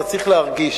אתה צריך להרגיש.